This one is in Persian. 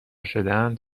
شدهاند